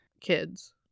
Kids